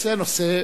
נושא-נושא